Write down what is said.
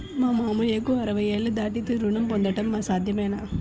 మామయ్యకు అరవై ఏళ్లు దాటితే రుణం పొందడం సాధ్యమేనా?